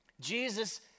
Jesus